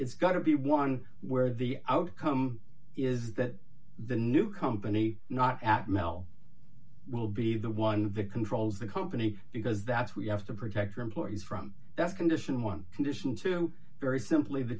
it's going to be one where the outcome is that the new company not at melle will be the one victim troels the company because that's where you have to protect your employees from that condition one condition to very simply the